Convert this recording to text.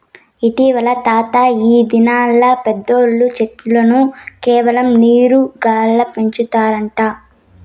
ఇంటివా తాతా, ఈ దినాల్ల పెద్దోల్లు చెట్లను కేవలం నీరు గాల్ల పెంచుతారట